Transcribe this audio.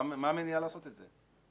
מה המניעה לעשות את זה?